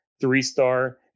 three-star